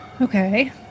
Okay